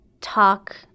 talk